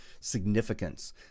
significance